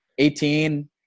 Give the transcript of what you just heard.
18